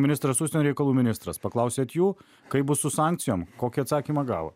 ministras užsienio reikalų ministras paklausėt jų kaip bus su sankcijom kokį atsakymą gavo